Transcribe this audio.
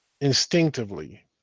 instinctively